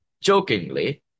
Jokingly